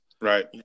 Right